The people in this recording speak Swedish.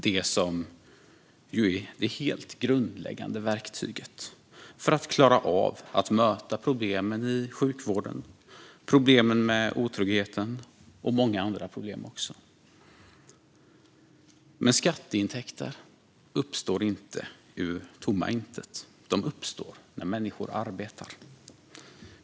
Det är det som är det helt grundläggande verktyget för att klara av att möta problemen i sjukvården, problemen med otryggheten och många andra problem också. Men skatteintäkter uppstår inte ur tomma intet. De uppstår när människor arbetar.